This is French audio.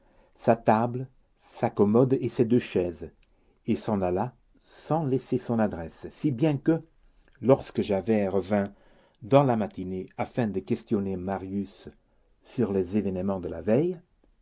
sa table sa commode et ses deux chaises et s'en alla sans laisser son adresse si bien que lorsque javert revint dans la matinée afin de questionner marius sur les événements de la veille